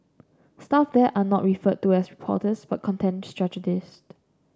staff there are not referred to as porters but content strategists